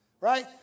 Right